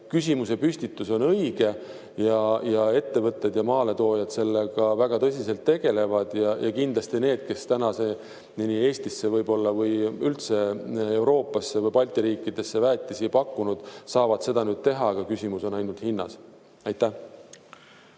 küsimusepüstitus on õige ja ettevõtted ja maaletoojad sellega väga tõsiselt tegelevad ja kindlasti need, kes tänaseni on Eestisse või üldse Euroopasse või Balti riikidesse väetisi pakkunud, saavad seda nüüd teha. Küsimus on ainult hinnas. Aitäh!